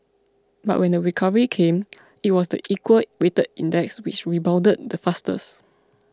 but when the recovery came it was the equal weighted index which rebounded the fastest